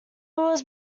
was